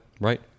Right